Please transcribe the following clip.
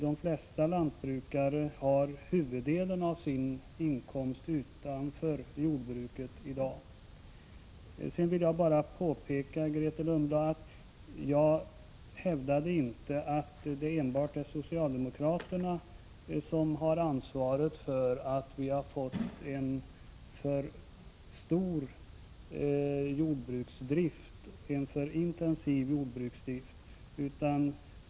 De flesta lantbrukare har ju huvuddelen av sina inkomster utanför jordbruket i dag. Sedan vill jag bara påpeka, Grethe Lundblad, att jag inte har hävdat att socialdemokraterna ensamma har ansvaret för att vi har fått en för stor och alltför intensiv jordbruksdrift.